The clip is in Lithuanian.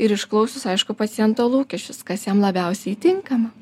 ir išklausius aišku paciento lūkesčius kas jam labiausiai tinkama